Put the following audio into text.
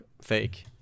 fake